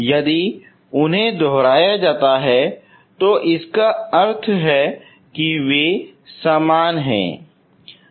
यदि उन्हें दोहराया जाता है तो इसका अर्थ है कि वे समान हैं